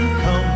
come